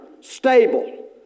stable